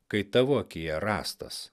kai tavo akyje rąstas